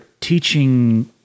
teaching